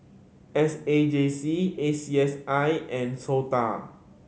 S A J C A C S I and SOTA